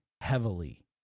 heavily